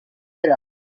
area